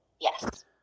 Yes